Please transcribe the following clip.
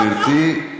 בבקשה, גברתי.